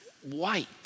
white